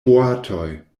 boatoj